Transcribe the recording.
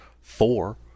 four